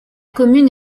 commune